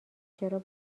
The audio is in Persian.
چرا